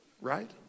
right